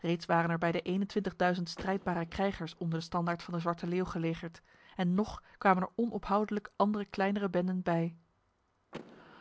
reeds waren er bij de eenentwintigduizend strijdbare krijgers onder de standaard van de zwarte leeuw gelegerd en nog kwamen er onophoudelijk andere kleinere benden bij